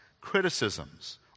criticisms